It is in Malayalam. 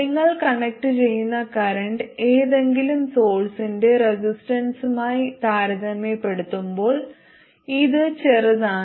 നിങ്ങൾ കണക്റ്റുചെയ്യുന്ന കറന്റ് ഏതെങ്കിലും സോഴ്സിന്റെ റെസിസ്റ്റൻസുമായി താരതമ്യപ്പെടുത്തുമ്പോൾ ഇത് ചെറുതാണ്